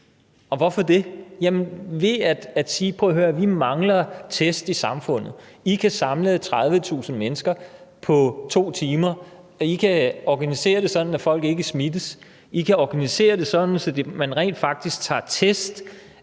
og hvorfor det? Ved at man siger, at prøv at høre, vi mangler test i samfundet, og I kan samle 30.000 mennesker på 2 timer, I kan organisere det sådan, at folk ikke smittes, I kan organisere det sådan, at man rent faktisk tager test